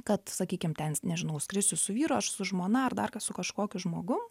kad sakykim ten nežinau skrisiu su vyru ar su žmona ar dar kad su kažkokiu žmogum